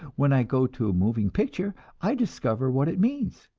when i go to a moving picture, i discover what it means.